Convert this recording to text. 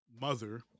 mother